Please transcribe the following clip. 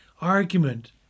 argument